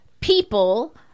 people